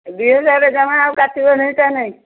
ଦୁଇ ହଜାରରୁ ଜମା ଆଉ କାଟିବ ନାହିଁ ତା'ହେଲେ